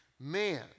man